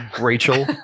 Rachel